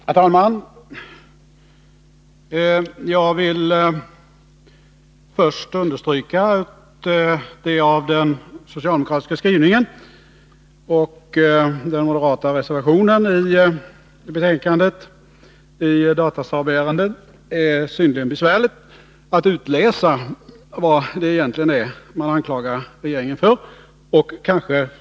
Herr talman! Jag vill först understryka att det av den socialdemokratiska affären skrivningen och den moderata reservationen i betänkandet i Datasaabärendet är synnerligen besvärligt att utläsa vad det egentligen är man anklagar regeringen för.